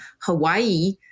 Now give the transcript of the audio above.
Hawaii